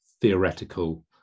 theoretical